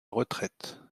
retraite